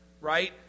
right